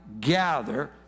gather